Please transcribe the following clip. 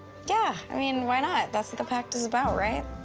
yeah. i mean, why not? that's what the pact is about, right?